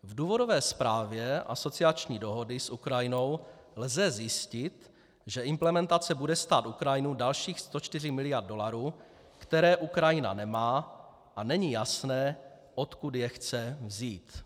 V důvodové zprávě asociační dohody s Ukrajinou lze zjistit, že implementace bude stát Ukrajinu dalších 104 mld. dolarů, které Ukrajina nemá, a není jasné, odkud je chce vzít.